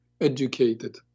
educated